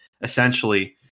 essentially